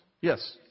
Yes